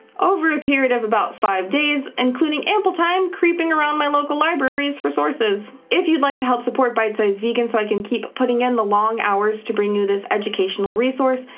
over a period of about five days, including ample time creeping around my local library for sources. if you'd like to help support bite size vegan so i can keep putting in the long hours to bring you this educational resource,